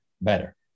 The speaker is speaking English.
better